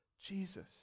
Jesus